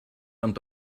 ond